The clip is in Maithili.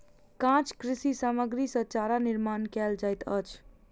काँच कृषि सामग्री सॅ चारा निर्माण कयल जाइत अछि